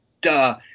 Duh